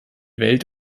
welt